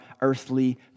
earthly